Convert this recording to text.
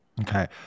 Okay